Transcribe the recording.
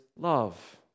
Love